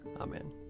Amen